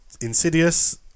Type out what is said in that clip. Insidious